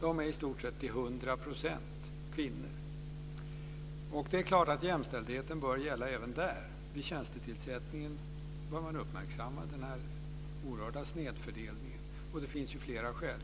De är i stort sett till hundra procent kvinnor. Det är klart att jämställdheten bör gälla även där. Vid tjänstetillsättningen bör man uppmärksamma den oerhörda snedfördelningen. Det finns flera skäl.